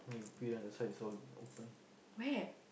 where